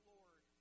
Lord